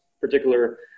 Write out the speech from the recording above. particular